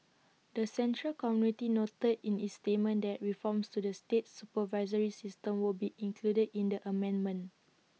the central committee noted in its statement that reforms to the state supervisory system would be included in the amendment